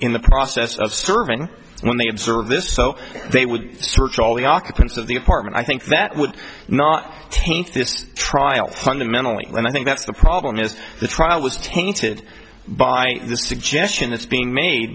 in the process of serving when they observed this so they would search all the occupants of the apartment i think that would not taint this trial fundamentally and i think that's the problem is the trial was tainted by